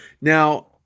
Now